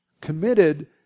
committed